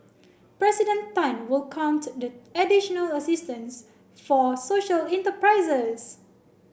President Tan welcomed the additional assistance for social enterprises